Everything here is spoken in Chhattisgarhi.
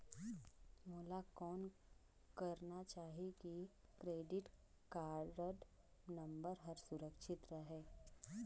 मोला कौन करना चाही की क्रेडिट कारड नम्बर हर सुरक्षित रहे?